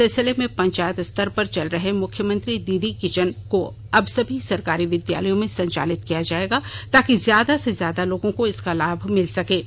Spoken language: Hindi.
इस सिलसिले में पंचायत स्तर पर चल रहे मुख्यमंत्री दीदी किचन को अब सभी सरकारी विद्यालयों में संचालित किया जाएगा ताकि ज्यादा से ज्यादा लोगों को इसका लाभ मिल सके